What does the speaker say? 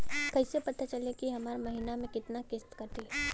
कईसे पता चली की हमार महीना में कितना किस्त कटी?